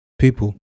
people